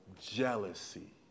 jealousy